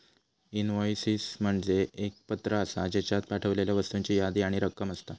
invoices म्हणजे एक पत्र आसा, ज्येच्यात पाठवलेल्या वस्तूंची यादी आणि रक्कम असता